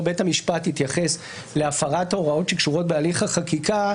בית המשפט התייחס להפרת הוראות שקשורות בהליך החקיקה,